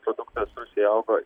produktas rusijoj augo